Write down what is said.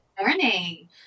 Morning